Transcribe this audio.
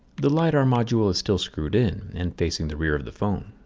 the lidar module is still screwed in and facing the rear of the phone.